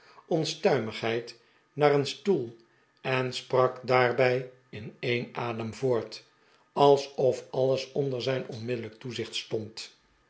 held naar een stoel en sprak daarbij in een adem voort alsof alles onder zijn onmiddellijk toezicht stond